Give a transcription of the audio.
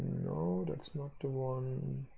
no, that's not the one